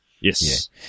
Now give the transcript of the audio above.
Yes